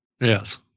Yes